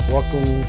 Welcome